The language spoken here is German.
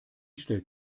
stellt